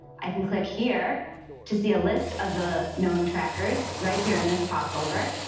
i can click here to see a list of the known trackers right here in this popover.